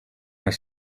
haar